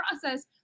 process